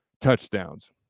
touchdowns